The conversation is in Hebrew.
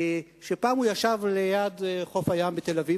פעם הוא ישב ליד חוף הים בתל-אביב,